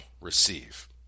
receive